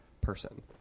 person